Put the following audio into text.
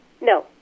No